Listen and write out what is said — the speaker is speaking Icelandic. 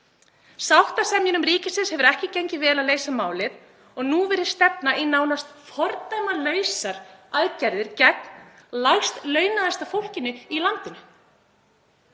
Sáttasemjurum ríkisins hefur ekki gengið vel að leysa málið og nú virðist stefna í nánast fordæmalausar aðgerðir gegn lægst launaða fólkinu í landinu.